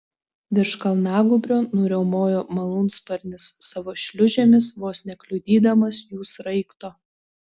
virš kalnagūbrio nuriaumojo malūnsparnis savo šliūžėmis vos nekliudydamas jų sraigto